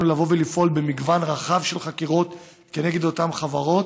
לפעול במגוון רחב של חקירות כנגד אותן חברות,